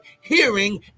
hearing